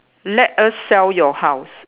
let us sell your house